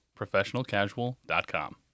ProfessionalCasual.com